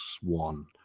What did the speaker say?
One